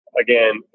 Again